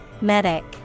Medic